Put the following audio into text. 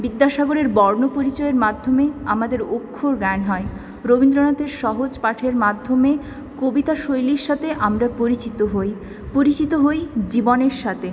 বিদ্যাসাগরের বর্ণপরিচয়ের মাধ্যমে আমাদের অক্ষরজ্ঞান হয় রবীন্দ্রনাথের সহজপাঠের মাধ্যমে কবিতা শৈলীর সাথে আমরা পরিচিত হই পরিচিত হই জীবনের সাথে